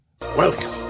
Welcome